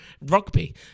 rugby